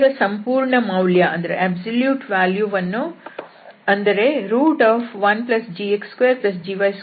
ಇದರ ಸಂಪೂರ್ಣ ಮೌಲ್ಯ ವನ್ನು ಅಂದರೆ 1gx2gy2 ಇದನ್ನು ನಾವು ಪಡೆಯಬಹುದು